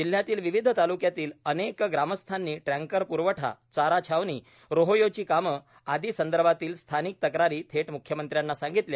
जिल्ह्यातील विविध तालुक्यातील अनेक ग्रामस्थांनी टँकर प्रवठा चारा छावणी रोहयोची कामे आदीसंदर्भातील स्थानिक तक्रारी थेट मुख्यमंत्र्यांना सांगितल्या